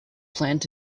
planned